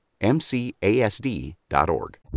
MCASD.org